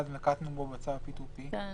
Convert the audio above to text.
ה"למעט" נמצא באמצע המשפט, לא בסיום המשפט.